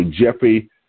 Jeffrey